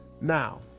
Now